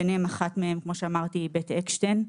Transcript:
ביניהן שנה בבית אקשטיין.